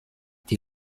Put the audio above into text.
die